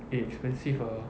eh expensive ah